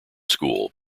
school